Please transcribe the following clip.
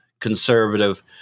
conservative